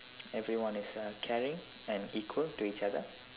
everyone is uh caring and equal to each other